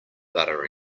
butter